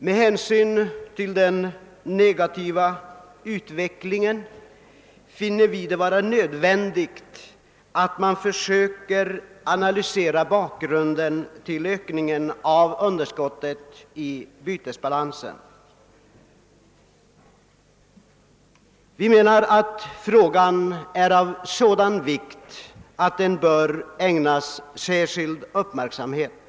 Med hänsyn till den negativa utvecklingen finner vi det vara nödvändigt att man försöker analysera bakgrunden till ökningen av underskottet i bytesbalansen. Vi menar att frågan är av sådan vikt att den bör ägnas särskild uppmärksamhet.